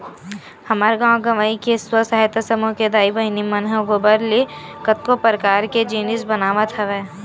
हमर गाँव गंवई के स्व सहायता समूह के दाई बहिनी मन ह गोबर ले कतको परकार के जिनिस बनावत हवय